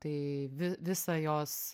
tai vi visą jos